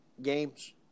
Games